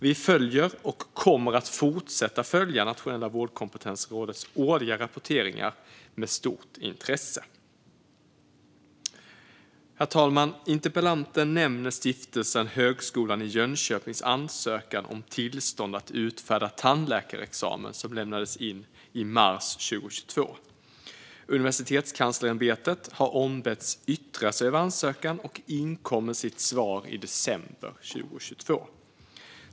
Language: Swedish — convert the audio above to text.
Vi följer och kommer att fortsätta följa Nationella vårdkompetensrådets årliga rapporteringar med stort intresse. Interpellanten nämner Stiftelsen Högskolan i Jönköpings ansökan om tillstånd att utfärda tandläkarexamen som lämnades in i mars 2022. Universitetskanslersämbetet har ombetts yttra sig över ansökan och inkom med sitt svar i december 2022.